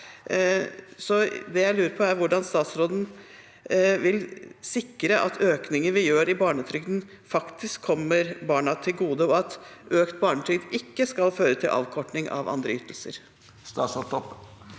så det jeg lurer på, er hvordan statsråden vil sikre at økninger vi gjør i barnetrygden, faktisk kommer barna til gode, og at økt barnetrygd ikke skal føre til avkorting av andre ytelser. Statsråd